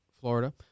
Florida